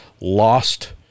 lost